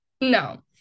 No